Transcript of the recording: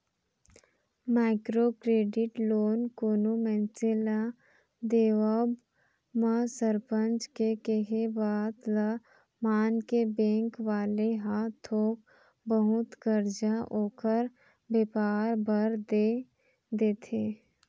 micro credit loan कोनो मनसे ल देवब म सरपंच के केहे बात ल मानके बेंक वाले ह थोक बहुत करजा ओखर बेपार बर देय देथे